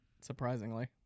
surprisingly